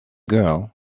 girl